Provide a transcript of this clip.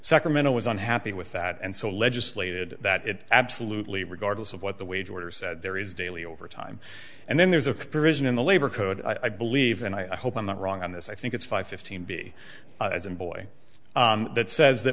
sacramento was unhappy with that and so legislated that it absolutely regardless of what the wage order said there is daily overtime and then there's a provision in the labor code i believe and i hope i'm not wrong on this i think it's five fifteen be as in boy that says that